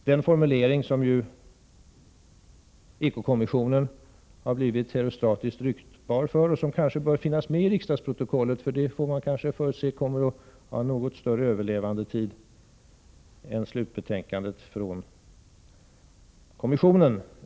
Den formulering som eko-kommissionen har blivit herostratiskt ryktbar för kanske bör finnas med i riksdagsprotokollet, eftersom man får förutse att det kommer att ha något längre överlevandetid än slutbetänkandet från kommissionen.